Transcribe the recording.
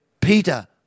Peter